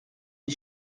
des